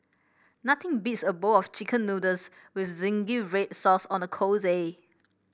nothing beats a bowl of chicken noodles with zingy red sauce on a cold day